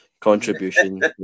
contribution